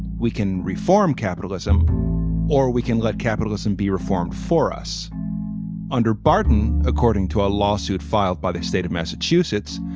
we can reform capitalism or we can let capitalism be reformed for us under baaden, according to a lawsuit filed by the state of massachusetts.